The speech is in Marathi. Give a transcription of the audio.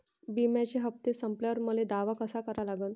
बिम्याचे हप्ते संपल्यावर मले दावा कसा करा लागन?